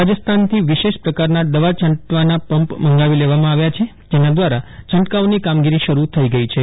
રાજસ્થાનથી વિશેષ પ્રકારના દવા છાંટવાના પમ્પ મંગાવી લેવામાં આવ્યા છે જેના દ્વારા છંટકાવ ની કામગીરી શરૂ થઇ ગઈ છે